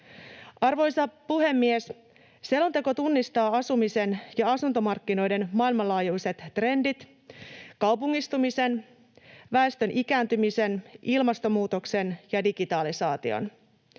Arvoisa puhemies! Selonteko tunnistaa asumisen ja asuntomarkkinoiden maailmanlaajuiset trendit: kaupungistumisen, väestön ikääntymisen, ilmastonmuutoksen ja digitalisaation.